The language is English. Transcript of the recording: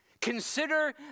Consider